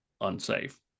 unsafe